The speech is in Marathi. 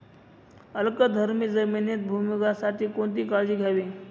अल्कधर्मी जमिनीत भुईमूगासाठी कोणती काळजी घ्यावी?